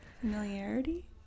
familiarity